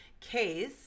case